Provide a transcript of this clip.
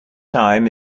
time